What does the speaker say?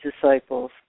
disciples